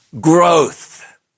growth